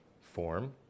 form